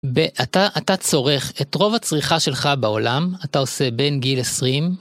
באתה אתה צורך את רוב הצריכה שלך בעולם אתה עושה בין גיל 20.